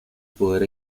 poder